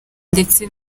ndetse